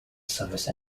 service